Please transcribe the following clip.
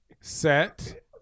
Set